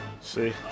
see